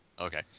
Okay